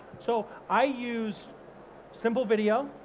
so i use simple video,